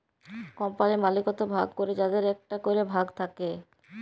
কম্পালির মালিকত্ব ভাগ ক্যরে যাদের একটা ক্যরে ভাগ থাক্যে